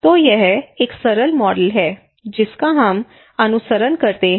तो यह एक सरल मॉडल है जिसका हम अनुसरण करते हैं